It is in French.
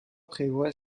prévoit